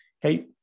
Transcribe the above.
hey